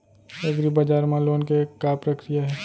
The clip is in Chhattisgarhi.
एग्रीबजार मा लोन के का प्रक्रिया हे?